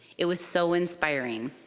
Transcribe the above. it was so inspiring.